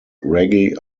reggae